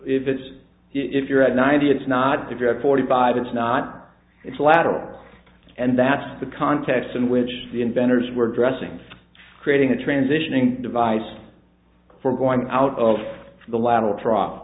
if it's if you're at ninety it's not if you have forty five it's not it's a lateral and that's the context in which the inventors were dressing creating a transitioning device for going out of the lateral trough